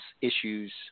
issues